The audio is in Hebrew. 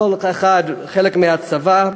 כל אחד הוא חלק מהצבא,